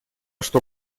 что